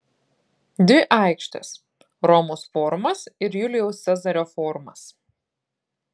dvi aikštės romos forumas ir julijaus cezario forumas